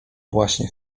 właśnie